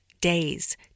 Days